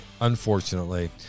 unfortunately